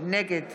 נגד